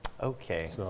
Okay